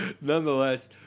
nonetheless